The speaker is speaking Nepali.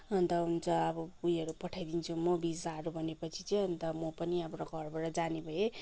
अन्त हुन्छ अब उयोहरू पठाइदिन्छु म भिजाहरू भनेपछि चाहिँ अन्त म पनि त अब घरबाट जाने भएँ